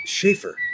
Schaefer